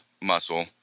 muscle